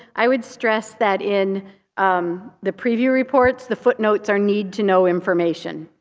i would stress that in um the preview reports, the footnotes are need-to-know information.